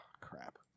crap